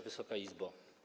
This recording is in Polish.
Wysoka Izbo!